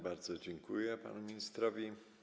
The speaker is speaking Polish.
Bardzo dziękuję panu ministrowi.